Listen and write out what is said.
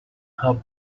hub